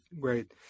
great